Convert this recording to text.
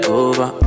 over